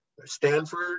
Stanford